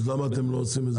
אז למה אתם לא עושים את זה?